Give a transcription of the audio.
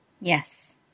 Yes